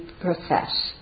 profess